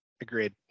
Agreed